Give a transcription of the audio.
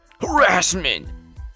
harassment